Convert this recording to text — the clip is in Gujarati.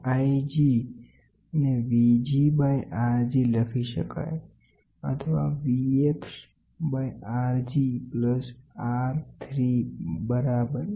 તો iG ને VG ડીવાઇડેડ બાઈ RG લખી શકાયઅથવા Vex ડીવાઇડેડ બાઈ RG વત્તા R3 બરાબર